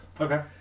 Okay